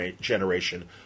Generation